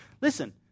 listen